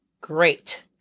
great